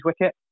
wicket